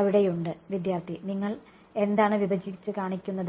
അവിടെയുണ്ട് വിദ്യാർത്ഥി നിങ്ങൾ എന്താണ് വിഭജിച്ച് കാണിക്കുന്നത്